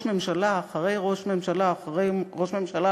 ממשלה אחרי ראש ממשלה אחרי ראש ממשלה,